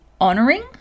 honoring